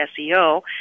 SEO